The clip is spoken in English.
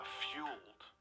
fueled